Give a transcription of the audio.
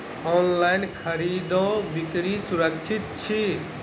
online खरीदै बिक्री सुरक्षित छी